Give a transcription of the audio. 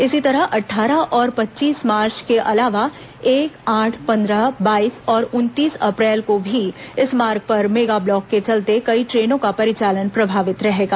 इसी तरह अट्ठारह और पच्चीस मार्च के अलावा एक आठ पंद्रह बाईस और उनतीस अप्रैल को भी इस मार्ग पर मेगा ब्लॉक के चलते कई ट्रेनों का परिचालन प्रभावित रहेगा